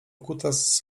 kutas